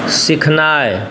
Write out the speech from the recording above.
सीखनाइ